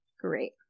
Great